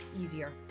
easier